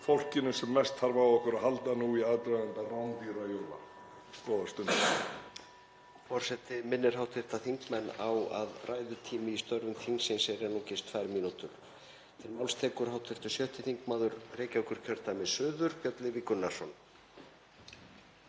fólkinu sem mest þarf á okkur að halda nú í aðdraganda rándýrra jóla. — Góðar stundir.